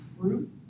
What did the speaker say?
fruit